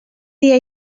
dia